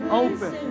open